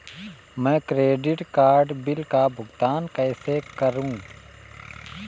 मैं credit card bill का भुगतान कैसे करूं?